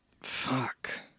Fuck